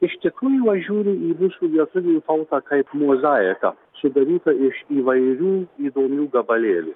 iš tikrųjų aš žiūriu į mūsų lietuvių tautą kaip mozaiką sudarytą iš įvairių įdomių gabalėlių